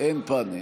אין לי פאנל.